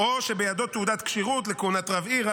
או שבידו תעודת כשירות לכהונת רב עיר,